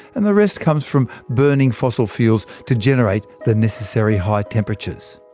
and the rest comes from burning fossil fuels to generate the necessary high temperatures.